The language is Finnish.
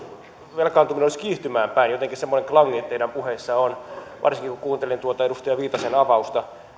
velkaantuminen olisi kiihtymään päin jotenkin semmoinen klangi teidän puheissanne on varsinkin kun kuuntelin tuota edustaja viitasen avausta